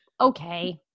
okay